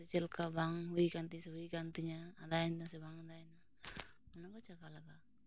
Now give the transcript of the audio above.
ᱡᱮ ᱪᱮᱫ ᱞᱮᱠᱟ ᱵᱟᱝ ᱦᱩᱭ ᱟᱠᱟᱱ ᱛᱤᱧᱟᱹ ᱥᱮ ᱦᱩᱭ ᱟᱠᱟᱱ ᱛᱤᱧᱟᱹ ᱟᱫᱟᱭᱮᱱᱟ ᱥᱮ ᱵᱟᱝ ᱟᱫᱟᱭᱮᱱᱟ ᱚᱱᱟ ᱠᱚ ᱪᱟᱠᱷᱟ ᱞᱟᱜᱟ